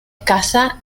escasa